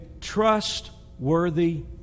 trustworthy